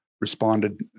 responded